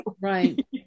right